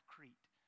Crete